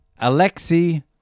Alexei